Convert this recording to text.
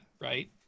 right